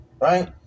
Right